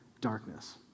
darkness